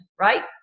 right